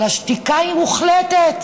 אבל השתיקה היא מוחלטת,